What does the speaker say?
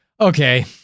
Okay